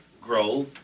grow